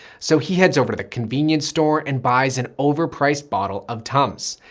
so he heads over to the convenience store and buys an overpriced bottle of tums.